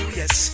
yes